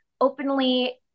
openly